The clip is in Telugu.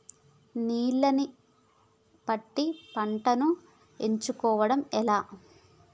నీళ్లని బట్టి పంటను ఎంచుకోవడం ఎట్లా?